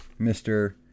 Mr